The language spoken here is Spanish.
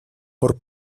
por